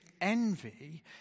envy